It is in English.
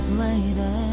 lady